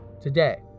today